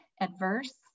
adverse